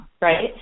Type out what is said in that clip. Right